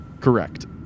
Correct